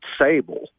sable